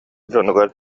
дьонугар